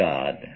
God